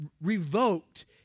revoked